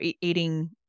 eating